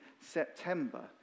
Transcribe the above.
September